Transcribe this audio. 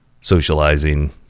socializing